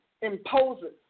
imposes